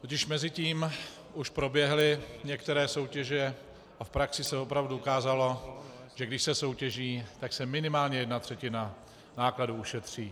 Totiž mezitím už proběhly některé soutěže a v praxi se opravdu ukázalo, že když se soutěží, tak se minimálně jedna třetina nákladů ušetří.